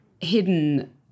hidden